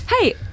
Hey